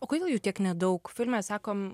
o kodėl jų tiek nedaug filme sakom